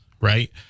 right